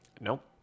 nope